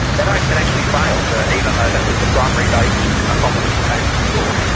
that argument actually failed, ah even though that was the primary basis upon which the case was brought.